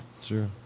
Sure